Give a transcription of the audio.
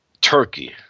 turkey